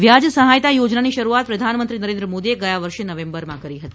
વ્યાજ સહાયતા યોજનાની શરુઆત પ્રધાનમંત્રી નરેન્દ્ર મોદીએ ગયા વર્ષે નવેમ્બરમાં કરી હતી